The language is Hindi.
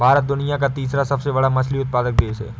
भारत दुनिया का तीसरा सबसे बड़ा मछली उत्पादक देश है